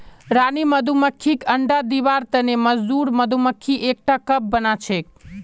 रानी मधुमक्खीक अंडा दिबार तने मजदूर मधुमक्खी एकटा कप बनाछेक